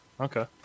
Okay